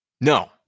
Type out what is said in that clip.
No